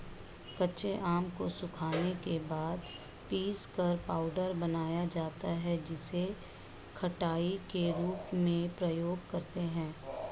कच्चे आम को सुखाने के बाद पीसकर पाउडर बनाया जाता है जिसे खटाई के रूप में प्रयोग करते है